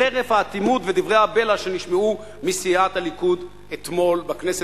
חרף האטימות ודברי הבלע שנשמעו מסיעת הליכוד" אתמול בכנסת,